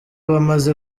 bamaze